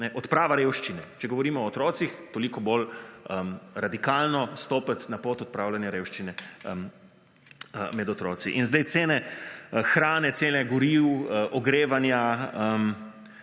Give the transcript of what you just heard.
odprava revščine. Če govorimo o otrocih, toliko bolj radikalno stopiti na pot odpravljanja revščine med otroci. In zdaj cene hrane, cene goriv, ogrevanja